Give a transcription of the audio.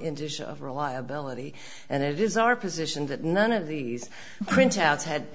intuition of reliability and it is our position that none of these printouts had